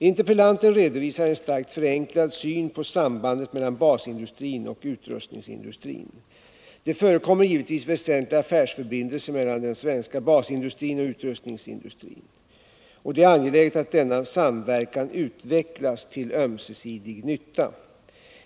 Interpellanten redovisar en starkt förenklad syn på sambandet mellan basindustrin och utrustningsindustrin. Det förekommer givetvis väsentliga affärsförbindelser mellan den svenska basindustrin och utrustningsindustrin, och det är angeläget att denna samverkan utvecklas till ömsesidig nytta.